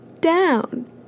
down